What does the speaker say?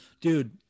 Dude